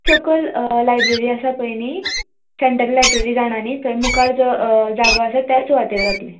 सकयल लाय्ब्ररी आसा पळय न्ही सॅन्ट्रल लाय्ब्ररी जाणा न्ही थंय मुखार जो जागो आसा त्याच सुवातीर जातलें